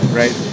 right